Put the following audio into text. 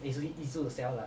easily 一次 sell lah